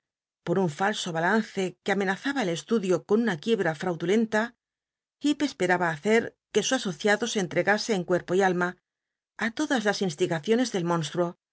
por un falso balance que amenazaba el estudio con una quiebra frnudulcnta llccp esperaba hacer que su asociado se entregase en cuerpo y alma á todas las instigaciones del monstruo